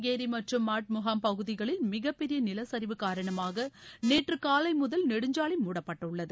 carry மற்றும் மாட் முகாம் பகுதிகளில் மிகப்பெரிய நிலச்சரிவு காரணமாக நேற்று காலை முதல் நெடுஞ்சாலை மூடப்பட்டுள்ளது